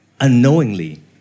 unknowingly